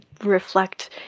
reflect